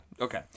Okay